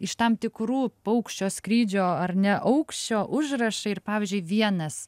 iš tam tikrų paukščio skrydžio ar ne aukščio užrašai ir pavyzdžiui vienas